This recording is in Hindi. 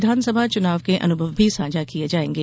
विधानसभा चुनाव के अनुभव भी सांझा किये जायेंगे